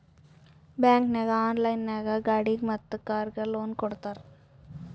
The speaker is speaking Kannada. ಬ್ಯಾಂಕ್ ನಾಗ್ ಆನ್ಲೈನ್ ನಾಗ್ ಗಾಡಿಗ್ ಮತ್ ಕಾರ್ಗ್ ಲೋನ್ ಕೊಡ್ತಾರ್